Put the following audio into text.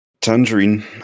Tangerine